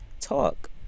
talk